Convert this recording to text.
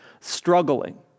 struggling